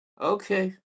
Okay